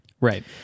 Right